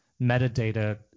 metadata